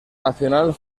nacional